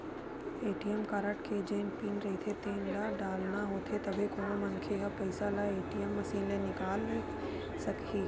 ATM card के जेन pin रहिथे तेन ल डालना होथे तभे कोनो मनखे ह पइसा ल ए.टी.एम मसीन ले निकाले सकही